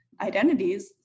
identities